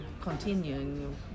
continuing